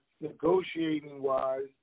negotiating-wise